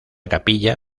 capilla